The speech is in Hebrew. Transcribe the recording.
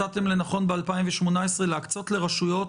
מצאתם לנכון ב-2018 להקצות לרשויות